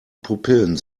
pupillen